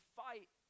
fight